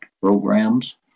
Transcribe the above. programs